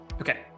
okay